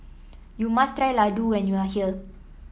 you must try Ladoo when you are here